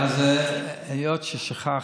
היות ששכחת,